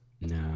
No